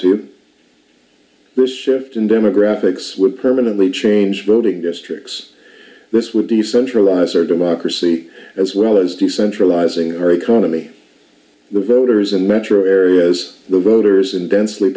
the shift in demographics would permanently change voting districts this would be centralized our democracy as well as decentralizing our economy the voters and metro areas the voters and densely